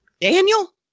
Daniel